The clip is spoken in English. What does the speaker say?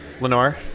Lenore